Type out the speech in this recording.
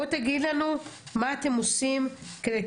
בוא תגיד לנו מה אתם עושים כדי,